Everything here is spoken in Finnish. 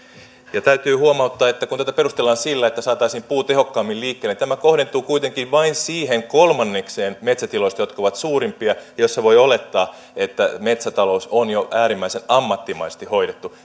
ja täytyy huomauttaa että kun tätä perustellaan sillä että saataisiin puu tehokkaammin liikkeelle niin tämä kohdentuu kuitenkin vain siihen kolmannekseen metsätiloista jotka ovat suurimpia ja joissa voi olettaa että metsätalous on jo äärimmäisen ammattimaisesti hoidettu